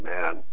man